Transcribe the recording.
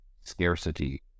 scarcity